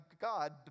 God